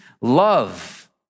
love